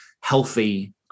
healthy